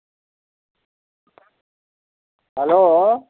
hello